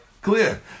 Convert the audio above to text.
Clear